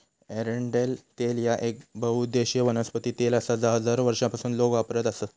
एरंडेल तेल ह्या येक बहुउद्देशीय वनस्पती तेल आसा जा हजारो वर्षांपासून लोक वापरत आसत